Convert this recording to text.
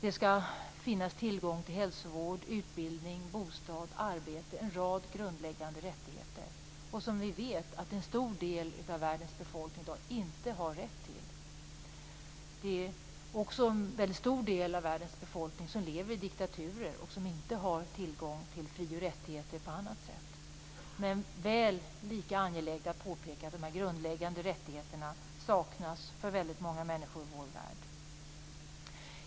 De skall ha tillgång till en rad grundläggande rättigheter som hälsovård, utbildning, bostad och arbete, sådant som vi vet att en stor del av världens befolkning i dag inte har rätt till. En väldigt stor del av världens befolkning som lever i diktaturer har inte tillgång till fri och rättigheter i annat avseende, men det är lika angeläget att påpeka att den tredje typen av grundläggande rättigheter saknas för väldigt många människor i vår värld.